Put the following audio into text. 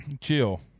Chill